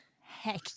Heck